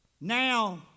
now